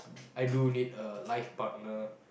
I do need a life partner